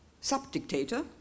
sub-dictator